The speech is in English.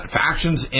factions